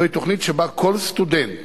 זו תוכנית שבה כל סטודנט